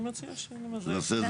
נעשה את זה עכשיו.